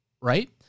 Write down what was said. right